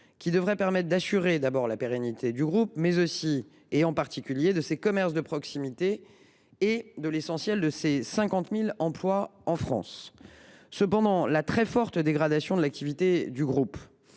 qui devrait assurer la pérennité du groupe, et en particulier de ses commerces de proximité et de la plupart de ses 50 000 emplois en France. Cependant, la très forte dégradation de l’activité du groupe